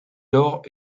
lors